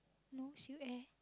not sure eh